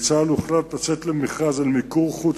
בצה"ל הוחלט לצאת למכרז של מיקור-חוץ